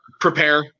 Prepare